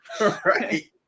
Right